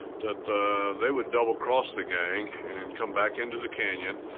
that they would double cross the gang and come back into the canyon.